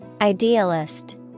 Idealist